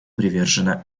привержена